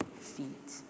feet